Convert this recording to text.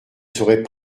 serait